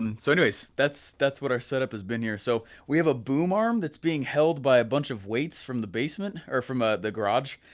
um so anyways, that's that's what our set up has been here. so we have a boom arm that's being held by a bunch of weights from the basement, or from ah the garage.